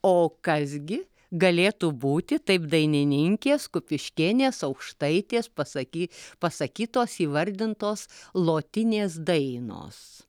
o kas gi galėtų būti taip dainininkės kupiškėnės aukštaitės pasakyt pasakytos įvardintos lotinės dainos